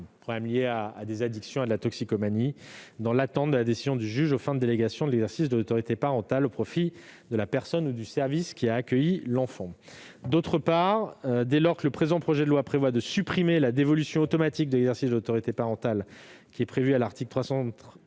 conjugales, ou encore de sa toxicomanie, dans l'attente de la décision du juge aux fins de délégation de l'exercice de l'autorité parentale au profit de la personne ou du service qui a accueilli l'enfant. En outre, dès lors que le présent projet de loi prévoit de supprimer la dévolution automatique de l'exercice de l'autorité parentale prévue à l'article 373-1